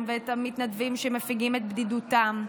ואת המתנדבים שמפיגים את בדידותם.